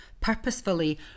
purposefully